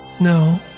No